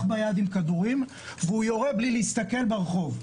ביד עם כדורים והוא יורה מבלי להסתכל ברחוב.